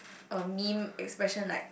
uh meme expression like